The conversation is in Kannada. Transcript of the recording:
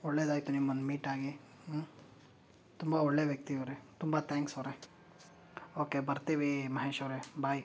ಒಳ್ಳೆದಾಯಿತು ನಿಮ್ಮನ್ನು ಮೀಟ್ ಆಗಿ ತುಂಬ ಒಳ್ಳೆಯ ವ್ಯಕ್ತಿ ಇವರೆ ತುಂಬ ತ್ಯಾಂಕ್ಸ್ ಅವರೆ ಓಕೆ ಬರ್ತೀವಿ ಮಹೇಶ್ ಅವರೆ ಬಾಯ್